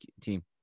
team